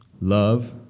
love